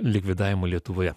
likvidavimo lietuvoje